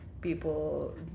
People